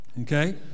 Okay